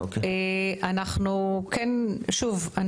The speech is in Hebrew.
שוב,